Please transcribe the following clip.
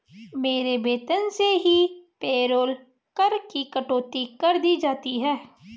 मेरे वेतन से ही पेरोल कर की कटौती कर दी जाती है